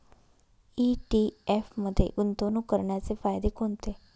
ETF मध्ये गुंतवणूक करण्याचे फायदे कोणते?